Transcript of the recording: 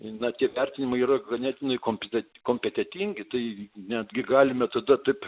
neįvertinama yra ganėtinai komplikuoti kompetentingi tai netgi galime tada taip